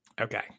Okay